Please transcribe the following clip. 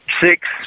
six